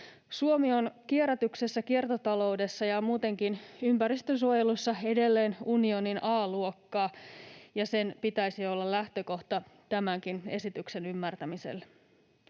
Suomi on kierrätyksessä, kiertotaloudessa ja muutenkin ympäristönsuojelussa edelleen unionin A-luokkaa, ja sen pitäisi olla lähtökohta tämänkin esityksen ymmärtämiselle.